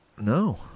No